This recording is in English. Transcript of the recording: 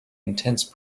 intense